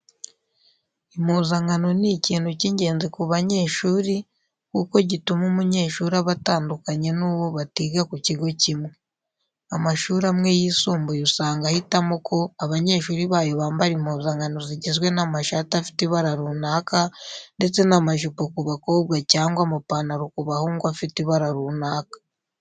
Impuzankano ni ikintu cy'ingenzi ku banyeshuri kuko gituma umunyeshuri aba atandukanye n'uwo batiga ku kigo kimwe. Amashuri amwe yisumbuye usanga ahitamo ko abanyeshuri bayo bambara impuzankano zigizwe n'amashati afite ibara runaka ndetse n'amajipo ku bakobwa cyangwa amapantaro ku bahungu afite ibara runaka.